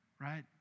right